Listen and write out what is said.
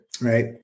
right